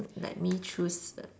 let me choose a